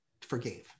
forgave